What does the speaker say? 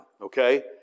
okay